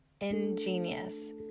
ingenious